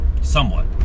somewhat